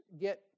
get